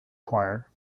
choir